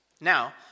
Now